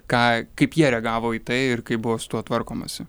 ką kaip jie reagavo į tai ir kaip buvo su tuo tvarkomasi